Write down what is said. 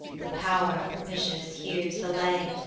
the pow'r propitious hears the lay,